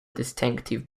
distinctive